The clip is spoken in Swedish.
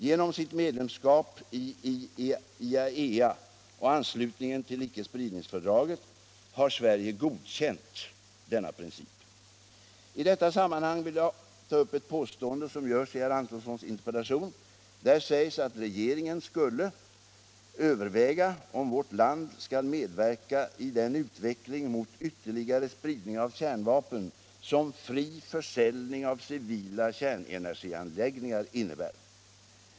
Genom sitt medlemskap i IAEA och anslutningen till icke-spridningsfördraget har Sverige godkänt denna princip. I detta sammanhang vill jag ta upp ett påstående som görs i herr Antonssons interpellation. Där sägs att regeringen skulle ”överväga om vårt land skall medverka i den utveckling mot ytterligare spridning av kärnvapen som fri försäljning av civila kärnenergianläggningar innebär”.